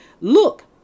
look